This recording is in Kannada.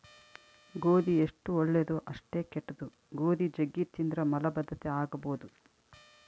ಗೋಧಿ ಎಷ್ಟು ಒಳ್ಳೆದೊ ಅಷ್ಟೇ ಕೆಟ್ದು, ಗೋಧಿ ಜಗ್ಗಿ ತಿಂದ್ರ ಮಲಬದ್ಧತೆ ಆಗಬೊದು